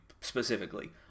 specifically